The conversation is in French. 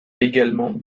également